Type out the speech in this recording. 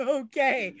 okay